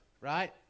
right